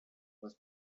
was